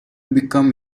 become